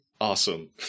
Awesome